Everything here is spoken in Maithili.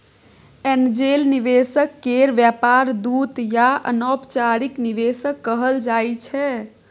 एंजेल निवेशक केर व्यापार दूत या अनौपचारिक निवेशक कहल जाइ छै